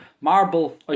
marble